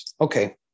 Okay